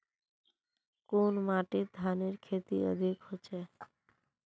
कुन माटित धानेर खेती अधिक होचे?